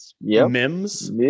Mims